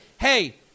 hey